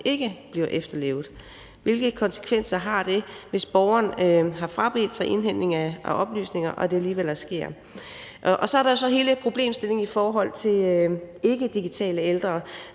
ikke bliver efterlevet. Hvilke konsekvenser har det, hvis borgeren har frabedt sig indhentning af oplysninger og det alligevel sker? Og så er der jo så hele problemstillingen i forhold til ikkedigitale ældre.